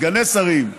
סגני שרים,